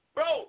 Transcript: Bro